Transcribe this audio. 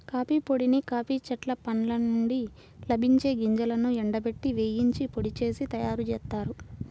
coffee పొడిని coffee చెట్ల పండ్ల నుండి లభించే గింజలను ఎండబెట్టి, వేయించి పొడి చేసి తయ్యారుజేత్తారు